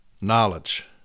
Knowledge